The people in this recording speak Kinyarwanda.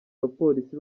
bapolisi